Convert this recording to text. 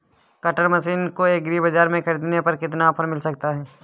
Cutter machine को agri बाजार से ख़रीदने पर कितना ऑफर मिल सकता है?